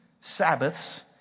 Sabbaths